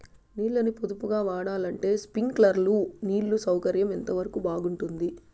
నీళ్ళ ని పొదుపుగా వాడాలంటే స్ప్రింక్లర్లు నీళ్లు సౌకర్యం ఎంతవరకు బాగుంటుంది?